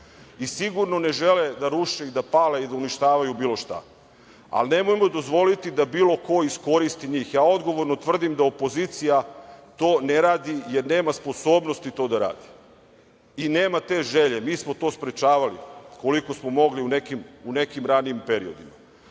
i sigurno ne žele da ruše, da pale i da uništavaju bilo šta. Ali, nemojmo dozvoliti da bilo ko iskoristi njih. Ja odgovorno tvrdim da opozicija to ne radi, jer nema sposobnosti to da radi i nema te želje. Mi smo to sprečavali koliko smo mogli u nekim ranijim periodima.